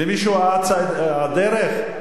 למישהו אצה הדרך?